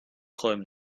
träumen